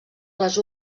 les